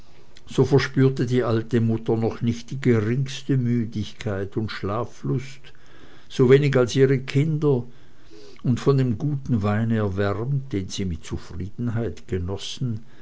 so verspürte die alte mutter noch nicht die geringste müdigkeit und schlaflust so wenig als ihre kinder und von dem guten weine erwärmt den sie mit zufriedenheit genossen